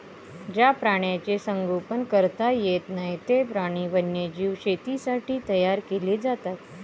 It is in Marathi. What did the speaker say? ज्या प्राण्यांचे संगोपन करता येत नाही, ते प्राणी वन्यजीव शेतीसाठी तयार केले जातात